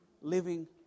living